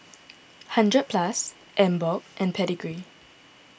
hundred Plus Emborg and Pedigree